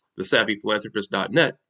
thesavvyphilanthropist.net